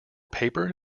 paper